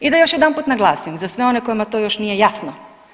I da još jedanput naglasim za sve one kojima to još nije jasno.